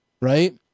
Right